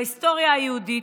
בהיסטוריה היהודית,